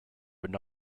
would